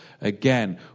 Again